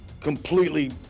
completely